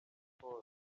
sports